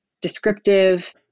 descriptive